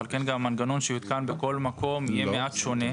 גם המנגנון שיותקן בכל מקום יהיה מעט שונה.